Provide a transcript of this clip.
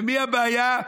ומי הבעיה?